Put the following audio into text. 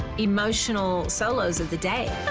emotional solos of the day.